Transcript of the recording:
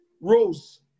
Rose